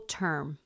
term